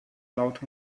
laut